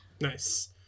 Nice